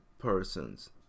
Persons